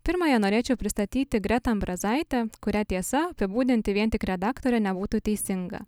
pirmąją norėčiau pristatyti gretą ambrazaitę kurią tiesa apibūdinti vien tik redaktore nebūtų teisinga